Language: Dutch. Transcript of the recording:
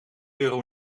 euro